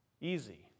easy